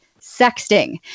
sexting